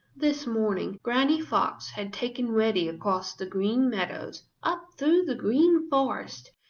this morning granny fox had taken reddy across the green meadows, up through the green forest,